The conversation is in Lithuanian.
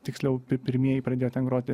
tiksliau pi pirmieji pradėjo groti